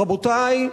רבותי,